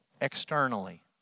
externally